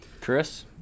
Chris